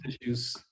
issues